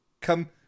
Come